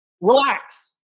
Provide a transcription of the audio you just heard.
relax